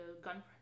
gun